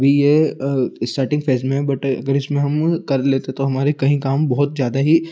अभी यह starting phase में है बट अगर इसमें हम कर लेते तो हमारे कहीं काम बहुत ज़्यादा ही